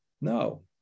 No